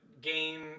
game